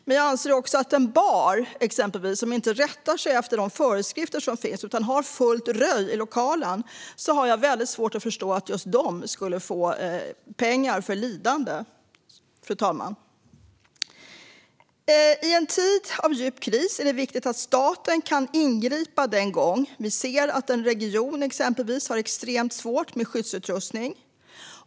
När det gäller exempelvis en bar som inte rättar sig efter de föreskrifter som finns utan har fullt röj i lokalen har jag dock väldigt svårt att förstå att man skulle få pengar för lidande, fru talman. I en tid av djup kris är det viktigt att staten kan ingripa då vi ser att exempelvis en region har extremt svårt med skyddsutrustning.